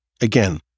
Again